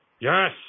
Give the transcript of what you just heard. Yes